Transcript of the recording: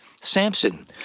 Samson